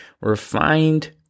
refined